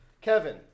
Kevin